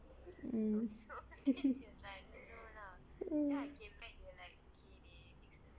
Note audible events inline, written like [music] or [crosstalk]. mm [laughs]